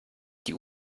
die